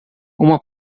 uma